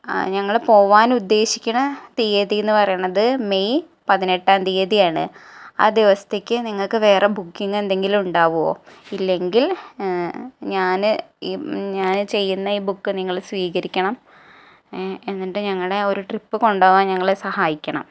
ഞങ്ങള് പോവാന് ഉദേശിക്കുന്ന തീയതി എന്ന് പറയുന്നത് മെയ് പതിനെട്ടാം തീയതിയാണ് ആ ദിവസത്തേക്ക് നിങ്ങള്ക്ക് വേറെ ബുക്കിങ്ങെന്തെങ്കിലും ഉണ്ടാകുമോ ഇല്ലെങ്കില് ഞാന് ഈ ഞാന് ചെയ്യുന്ന ഈ ബുക്ക് നിങ്ങള് സ്വീകരിക്കണം എന്നിട്ട് ഞങ്ങളെ ആ ഒരു ട്രിപ്പ് കൊണ്ടുപോവാന് ഞങ്ങളെ സഹായിക്കണം